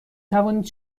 توانید